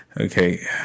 Okay